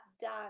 done